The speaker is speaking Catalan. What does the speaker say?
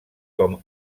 com